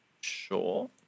Sure